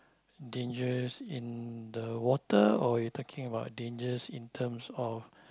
dangers in the water or you're talking about dangers in terms of